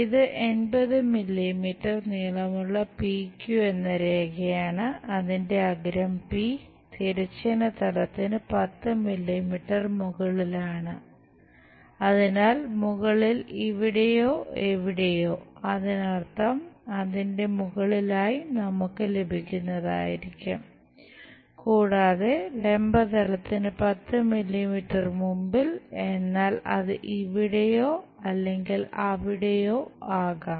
ഇത് 80 മില്ലീമീറ്റർ നീളമുള്ള P Q മുമ്പിൽ എന്നാൽ അത് ഇവിടെയോ അല്ലെങ്കിൽ അവിടെയോ ആകാം